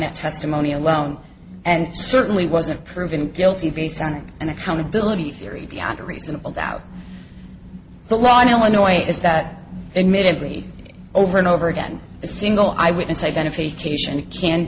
that testimony alone and certainly wasn't proven guilty based on an accountability theory beyond a reasonable doubt the law in illinois is that admittedly over and over again a single eyewitness identification can